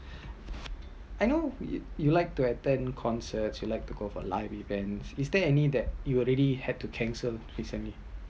I know you you like to attend concert you like to go for live event is there any that you already had to cancel recently